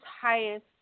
highest